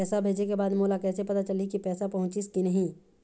पैसा भेजे के बाद मोला कैसे पता चलही की पैसा पहुंचिस कि नहीं?